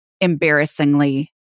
embarrassingly